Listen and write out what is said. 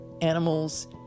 animals